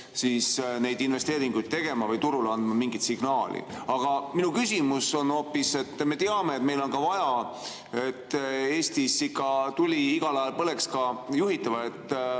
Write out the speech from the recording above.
neid investeeringuid tegema või turule andma mingit signaali. Aga mu küsimus on hoopis see, et me teame, et meil on vaja Eestis, et ikka tuli igal ajal põleks ka juhitava